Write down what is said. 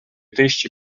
тисячі